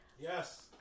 yes